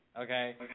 Okay